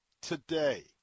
today